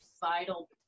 vital